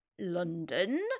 London